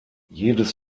jedes